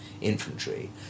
infantry